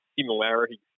similarities